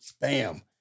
Bam